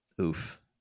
Oof